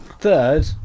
third